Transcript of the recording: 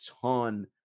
ton